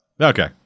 Okay